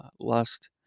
lust